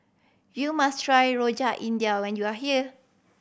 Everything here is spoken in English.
you must try Rojak India when you are here